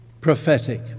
prophetic